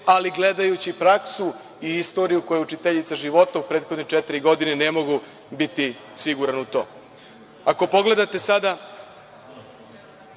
ali gledajući praksu i istoriju koja je učiteljica života u prethodne četiri godine ne mogu biti siguran u to. Ako pogledate sada